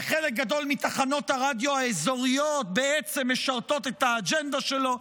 וחלק גדול מתחנות הרדיו האזוריות בעצם משרתות את האג'נדה שלו.